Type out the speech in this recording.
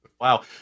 Wow